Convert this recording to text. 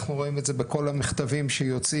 אנחנו רואים את זה בכל המכתבים שיוצאים,